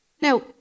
Now